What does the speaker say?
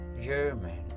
German